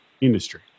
industry